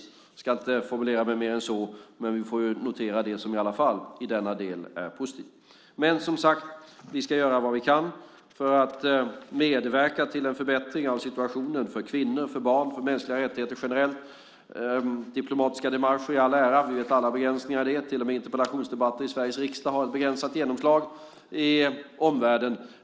Jag ska inte formulera mig tydligare än så. Vi får väl notera det som i alla fall i denna del är positivt. Men, som sagt, vi ska göra vad vi kan för att medverka till en förbättring av situationen för kvinnor, för barn och för mänskliga rättigheter generellt. Diplomatiska démarcher i all ära, vi vet alla begränsningarna i dem. Till och med interpellationsdebatter i Sveriges riksdag har ett begränsat genomslag i omvärlden.